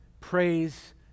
Praise